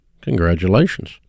Congratulations